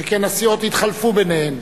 שכן הסיעות התחלפו ביניהן,